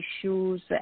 issues